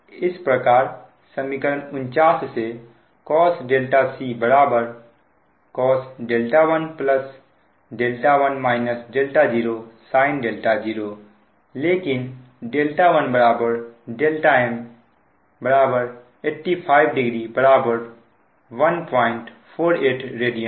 इस प्रकार समीकरण 49 से cos c cos 1 sin 0लेकिन 1m850 148 रेडियन